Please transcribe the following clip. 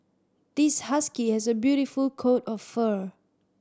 this husky has a beautiful coat of fur